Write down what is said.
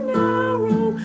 narrow